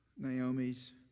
Naomi's